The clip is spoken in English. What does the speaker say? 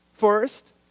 First